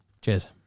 Cheers